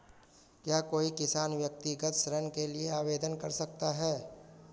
क्या कोई किसान व्यक्तिगत ऋण के लिए आवेदन कर सकता है?